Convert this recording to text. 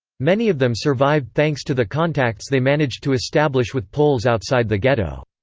many of them survived thanks to the contacts they managed to establish with poles outside the ghetto.